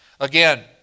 Again